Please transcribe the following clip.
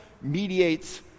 mediates